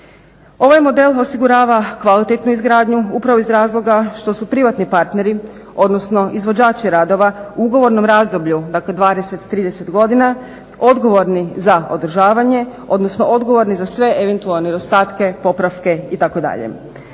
Ovaj model osigurava kvalitetnu izgradnju upravo iz razloga što su privatni partneri, odnosno izvođači radova u ugovornom razdoblju, dakle 20, 30 godina, odgovorni za održavanje, odnosno odgovorni za sve eventualne nedostatke, popravke itd.